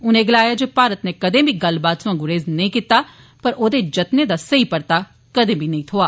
उनें गलाया जे भारत नै कदें बी गल्लबात सोयां गुरेज नेईं कीता पर औदे जतनें दा सेई परता कदें नेईं थ्होआ